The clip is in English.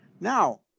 Now